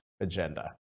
agenda